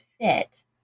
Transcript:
fit